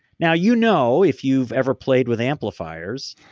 now you know, if you've ever played with amplifiers,